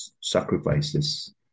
sacrifices